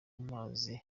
amazi